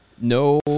No